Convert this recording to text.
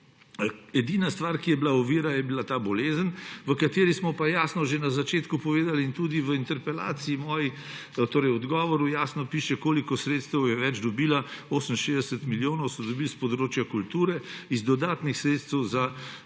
Edina stvar, ki je bila ovira, je bila ta bolezen, o kateri smo pa jasno že na začetku povedali in tudi v mojem odgovoru na interpelacijo jasno piše, koliko sredstev več je dobila, 68 milijonov so dobili s področja kulture iz dodatnih sredstev iz